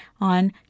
on